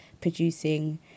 producing